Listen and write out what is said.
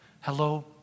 Hello